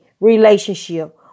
relationship